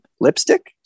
lipstick